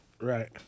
Right